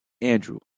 Andrew